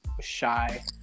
shy